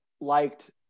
liked